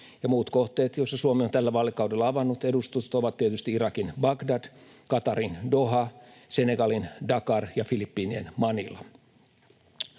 Muut kohteet, joissa Suomi on tällä vaalikaudella avannut edustuston, ovat tietysti Irakin Bagdad, Qatarin Doha, Senegalin Dakar ja Filippiinien Manila.